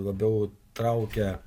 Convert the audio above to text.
labiau traukia